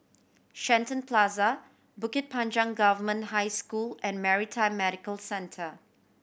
Shenton Plaza Bukit Panjang Government High School and Maritime Medical Centre